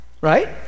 Right